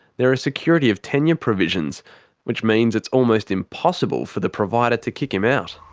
there are security of tenure provisions which means it's almost impossible for the provider to kick him out.